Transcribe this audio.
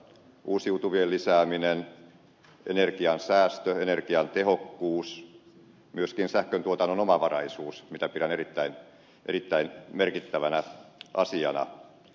uusiutuvien lisääminen energian säästö energiatehokkuus myöskin sähköntuotannon omavaraisuus mitä pidän erittäin merkittävänä asiana